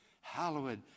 hallowed